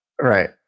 right